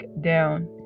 down